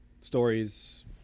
stories